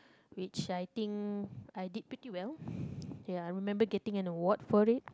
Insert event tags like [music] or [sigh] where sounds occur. which I think I did pretty well [breath] ya I remember getting an award for it